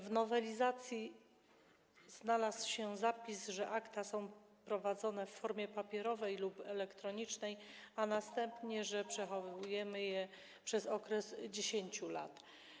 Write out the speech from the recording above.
W nowelizacji znalazł się zapis, że akta są prowadzone w formie papierowej lub elektronicznej, a następnie, że przechowujemy je przez okres 10 lat.